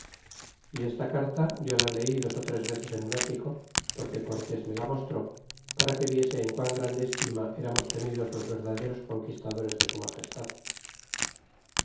y esta carta yo la leí dos ó tres veces en méxico porque cortés me la mostró para que viese en qun grande estima eramos tenidos los verdaderos conquistadores de su magestad